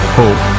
hope